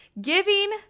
giving